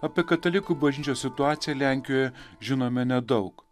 apie katalikų bažnyčios situaciją lenkijoje žinome nedaug